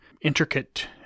intricate